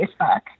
Facebook